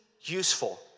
useful